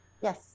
yes